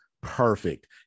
perfect